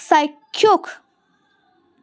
চাক্ষুষ